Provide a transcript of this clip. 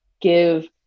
give